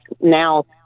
now